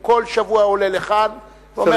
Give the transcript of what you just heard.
הוא כל שבוע עולה לכאן ואומר,